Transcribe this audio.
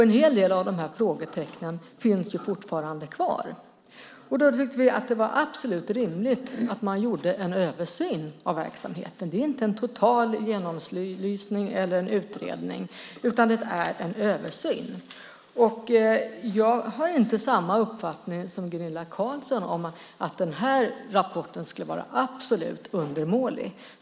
En hel del av frågetecknen finns fortfarande kvar. Därför tyckte vi att det var absolut rimligt att man gjorde en översyn av verksamheten. Det är inte en total genomlysning eller utredning, utan det är en översyn. Jag har inte samma uppfattning som Gunilla Carlsson om att rapporten skulle vara absolut undermålig.